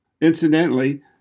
Incidentally